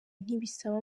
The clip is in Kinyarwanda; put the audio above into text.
ntibisaba